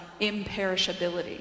imperishability